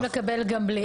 אני מקבלת גם בלי.